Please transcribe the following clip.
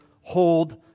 hold